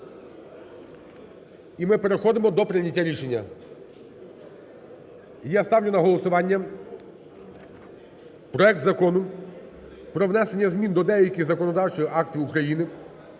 і ми переходимо до прийняття рішення. Я ставлю на голосування проект Закону про внесення змін до деяких законодавчих актів України